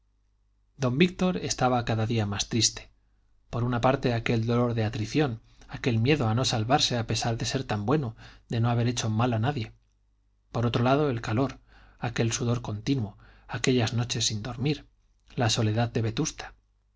don víctor estaba cada día más triste por una parte aquel dolor de atrición aquel miedo a no salvarse a pesar de ser tan bueno de no haber hecho mal a nadie por otro lado el calor aquel sudor continuo aquellas noches sin dormir la soledad de vetusta